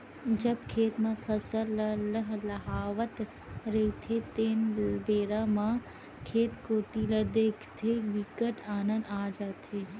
जब खेत म फसल ल लहलहावत रहिथे तेन बेरा म खेत कोती ल देखथे बिकट आनंद आ जाथे